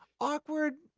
awkward?